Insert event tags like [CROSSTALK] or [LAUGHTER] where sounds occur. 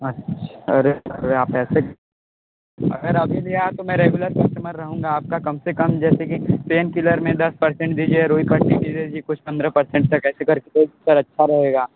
अरे सर आप ऐसे [UNINTELLIGIBLE] अगर अभी भी [UNINTELLIGIBLE] तो मैं रेगुलर कस्टमर रहूँगा आपका कम से कम जैसे कि पैन किलर में दस पर्सेन्ट दीजिए रुई [UNINTELLIGIBLE] कर दीजिए कुछ पंद्रह पर्सेन्ट तक ऐसे करके सर अच्छा रहेगा